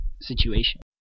situation